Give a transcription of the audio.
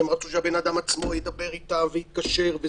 הם רצו שהבן אדם עצמו ידבר איתם ויתקשר.